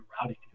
routing